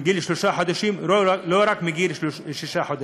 מגיל שלושה חודשים ולא רק מגיל שישה חודשים.